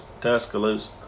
Tuscaloosa